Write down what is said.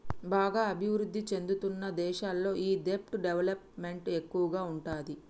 బాగా అభిరుద్ధి చెందుతున్న దేశాల్లో ఈ దెబ్ట్ డెవలప్ మెంట్ ఎక్కువగా ఉంటాది